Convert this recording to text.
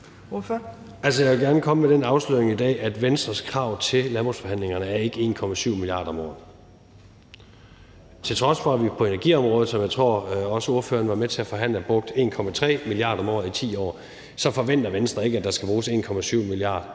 Jeg vil gerne komme med den afsløring i dag, at Venstres krav til landbrugsforhandlingerne ikke er 1,7 mia. kr. om året. Til trods for at vi på energiområdet, som jeg tror ordføreren også var med til at forhandle, brugte 1,3 mia. kr. om året i 10 år, forventer Venstre ikke, at der skal bruges 1,7 mia. kr.